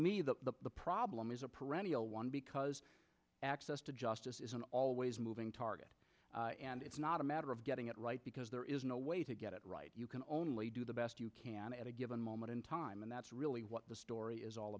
me the problem is a perennial one because access to justice isn't always a moving target and it's not a matter of getting it right because there is no way to get it right you can only do the best you can at a given moment in time and that's really what the story is all